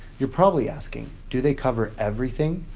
you're probably asking, do they cover everything?